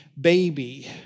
baby